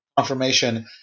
confirmation